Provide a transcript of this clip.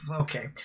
Okay